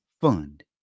fund